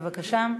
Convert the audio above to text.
בבקשה.